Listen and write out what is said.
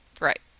Right